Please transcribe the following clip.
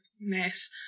mess